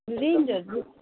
रेन्जहरू